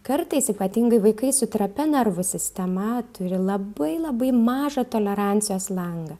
kartais ypatingai vaikai su trapia nervų sistema turi labai labai mažą tolerancijos langą